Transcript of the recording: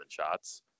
shots